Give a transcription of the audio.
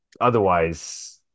Otherwise